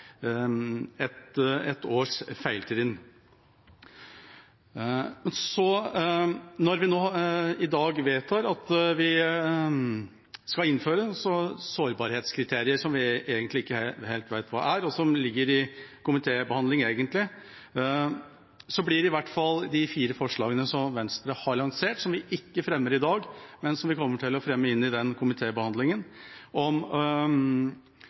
et års feiltrinn. Vi vedtar i dag at vi skal innføre sårbarhetskriterier, som vi egentlig ikke helt vet hva er, og som egentlig ligger til komitébehandling. De fire forslagene som Venstre har lansert, som vi ikke fremmer i dag, kommer vi i hvert fall til å fremme inn i den komitébehandlingen. Det er bl.a. forslag om